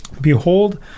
Behold